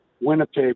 Winnipeg